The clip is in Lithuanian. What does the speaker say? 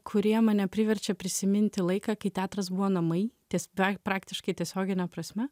kurie mane priverčia prisiminti laiką kai teatras buvo namai ties beveik praktiškai tiesiogine prasme